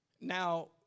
Now